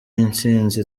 intsinzi